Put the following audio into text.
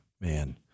man